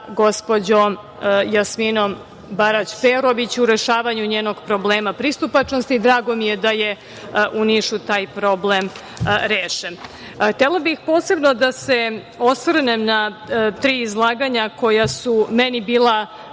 gospođom Jasminom Barać Perović u rešavanju njenog problema pristupačnosti. Drago mi je da je u Nišu taj problem rešen. Htela bih posebno da se osvrnem na tri izlaganja koja su meni bila